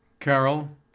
Carol